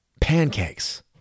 Pancakes